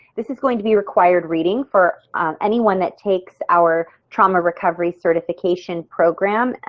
this is going to be required reading for anyone that takes our trauma recovery certification program,